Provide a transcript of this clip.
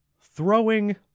throwing